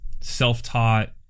self-taught